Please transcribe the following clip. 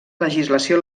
legislació